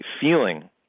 feeling